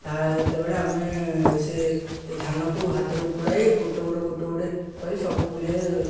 ତା ସେତେବେଳେ ଆମେ ସେ ଧାନକୁ ହାତରେ ଉପୁଡ଼ାଇ ଗୋଟେ ଗୋଟେ ଗୋଟେ ଗୋଟେ କରି ସବୁ ବୁଲେ